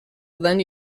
then